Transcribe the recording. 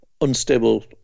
unstable